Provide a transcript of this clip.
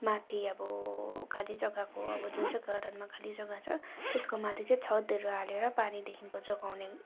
माथि अब खालि जग्गाको अब जुन चाहिँ गार्डनमा खालि जग्गा छ त्यसको माथि चाहिँ छतहरू हालेर पानीदेखिको जोगाउने